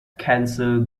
kensal